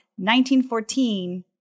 1914